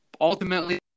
ultimately